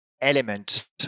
element